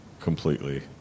completely